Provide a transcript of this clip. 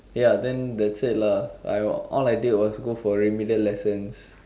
ya then that's it lah I all I did was go for remedial lessons